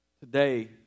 today